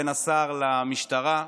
בין השר למשטרה.